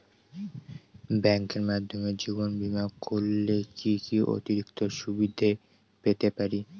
ব্যাংকের মাধ্যমে জীবন বীমা করলে কি কি অতিরিক্ত সুবিধে পেতে পারি?